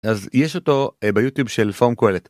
אז יש אותו ביוטיוב של פאום קואלט